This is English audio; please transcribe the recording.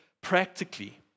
practically